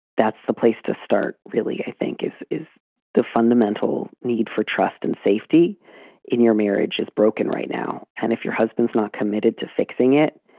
that's the place to start, really, i think is is the fundamental need for trust and safety in your marriage is broken right now. and if your husband's not committed to fixing it,